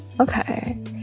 Okay